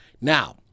Now